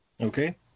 Okay